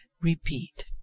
repeat